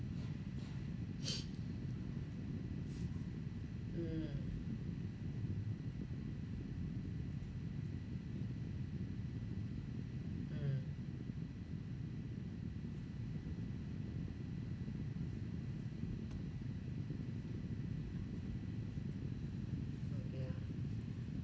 mm mm yeah